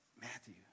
Matthew